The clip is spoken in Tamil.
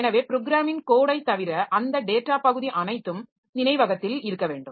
எனவே ப்ரோக்ராமின் கோடை தவிர அந்த டேட்டா பகுதி அனைத்தும் நினைவகத்தில் இருக்க வேண்டும்